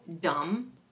dumb